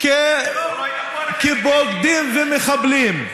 כבוגדים ומחבלים,